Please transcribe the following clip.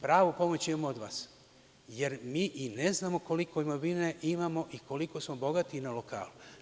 Pravu pomoć imamo od vas, jer mi i ne znamo koliko imovine imamo i koliko smo bogati na lokalu.